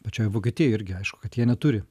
pačioj vokietijoj irgi aišku kad jie neturi